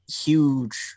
huge